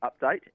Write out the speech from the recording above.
update